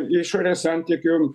išorės santykių